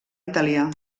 italià